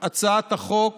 הצעת החוק